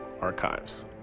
archives